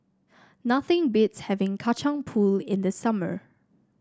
nothing beats having Kacang Pool in the summer